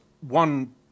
one